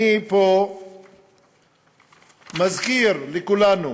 אני פה מזכיר לכולנו